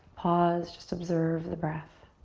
pause, just observe the breath.